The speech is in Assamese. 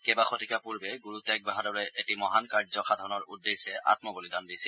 কেইবা শতিকা পূৰ্বে গুৰু টেগ বাহাদূৰে এটি মহান কাৰ্য সাধনৰ উদ্দেশ্যে আঘ্ম বলিদান দিছিল